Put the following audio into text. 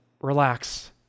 relax